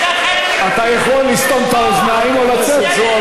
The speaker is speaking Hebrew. אתה יכול לסתום את האוזניים או לצאת.